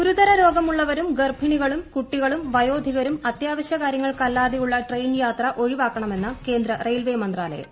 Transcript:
ഗുരുതര രോഗമുള്ളവരും ഗ്ര്ർഭിണികളും കുട്ടികളും വയോധികരും അത്യാവശ്ച കാരൃങ്ങൾക്കല്ലാതെയുള്ള ട്രെയിൻ യാത്ര ഒഴിവാക്കണമെന്ന് കേന്ദ്ര റെയിൽവേ മന്ത്രാലയം